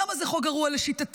למה זה חוק גרוע לשיטתי?